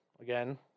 again